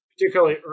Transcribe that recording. particularly